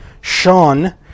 Sean